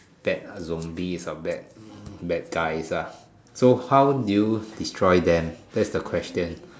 bad zombies or bad bad guys ah so how do you destroy them that's the question